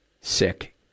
sick